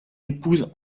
épouse